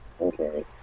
Okay